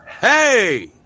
hey